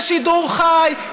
בשידור חי,